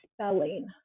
spelling